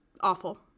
awful